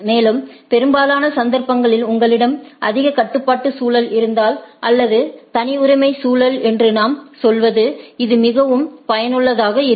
மேலும் பெரும்பாலான சந்தர்ப்பங்களில் உங்களிடம் அதிக கட்டுப்பாட்டு சூழல் இருந்தால் அல்லது தனியுரிம சூழல் என்று நாம் சொல்வது இது மிகவும் பயனுள்ளதாக இருக்கும்